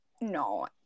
no